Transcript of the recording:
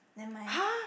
nevermind